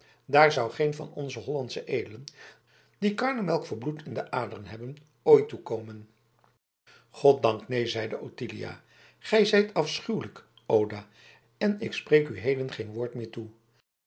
daar zou geen van onze hollandsche edelen die karnemelk voor bloed in de aderen hebben ooit toe komen goddank neen zeide ottilia gij zijt afschuwelijk oda en ik spreek u heden geen woord meer toe